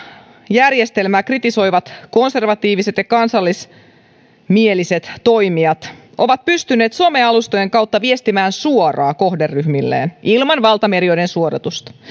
järjestelmää kritisoivat konservatiiviset ja kansallismieliset toimijat ovat pystyneet some alustojen kautta viestimään suoraan kohderyhmilleen ilman valtamedioiden suodatusta